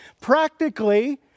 Practically